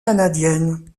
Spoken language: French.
canadienne